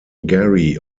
gary